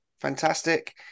fantastic